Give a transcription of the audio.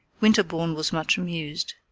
winterbourne was much amused.